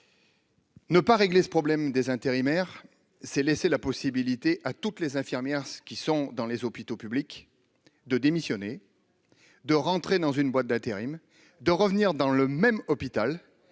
Ne pas régler ce problème des intérimaires s'est laissé la possibilité à toutes les infirmières qui sont dans les hôpitaux publics de démissionner, de rentrer dans une boîte d'intérim, de revenir dans le même hôpital